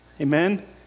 amen